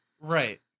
Right